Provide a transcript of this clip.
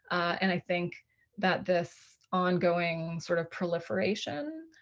and i think that this ongoing sort of proliferation.